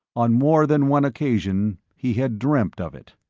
on more than one occasion, he had dreamt of it.